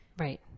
Right